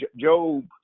Job